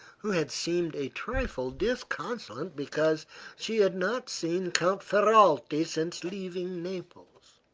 who had seemed a trifle disconsolate because she had not seen count ferralti since leaving naples.